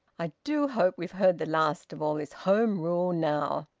i do hope we've heard the last of all this home rule now!